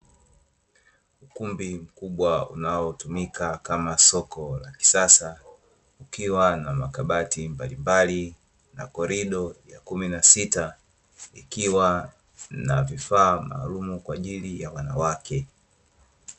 Ukumbi mkubwa unaotumika kama soko la kisasa, ukiwa na makabati mbalimbali na korido ya kumi na sita, ikiwa na vifaa maalumu kwa ajili ya wanawake.